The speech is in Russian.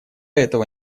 этого